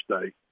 state